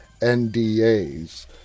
NDAs